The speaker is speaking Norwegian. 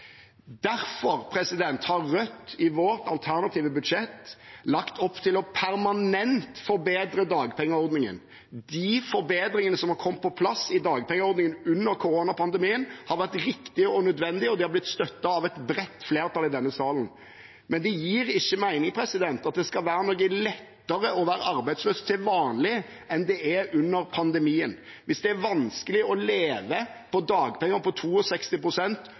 Derfor har Rødt i sitt alternative budsjett lagt opp til permanent å forbedre dagpengeordningen. De forbedringene som har kommet på plass i dagpengeordningen under koronapandemien, har vært riktige og nødvendige, og de er blitt støttet av et bredt flertall i denne salen. Men det gir ikke mening at det skal være noe lettere å være arbeidsløs til vanlig enn det er under pandemien. Hvis det er vanskelig å leve på dagpenger på